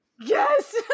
Yes